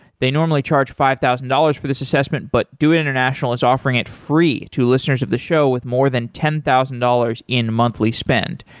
they normally charge five thousand dollars for this assessment, but doit international is offering it free to listeners of the show with more than ten thousand dollars in monthly spend.